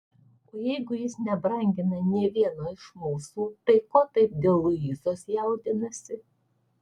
o jeigu jis nebrangina nė vieno iš mūsų tai ko taip dėl luizos jaudinasi